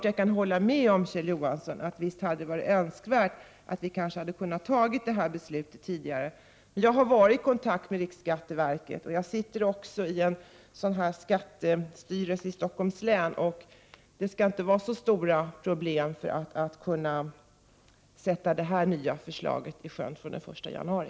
Jag kan hålla med Kjell Johansson om att det visst hade varit önskvärt att vi hade kunnat fatta detta beslut tidigare. Jag har varit i kontakt med riksskatteverket, och jag sitter i skattestyrelsen i Stockholms län, så jag tror inte det skall vara något större problem med att sätta det här nya förslaget i sjön den 1 januari.